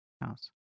house